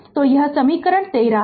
तो यह समीकरण 13 है